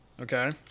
Okay